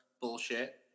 bullshit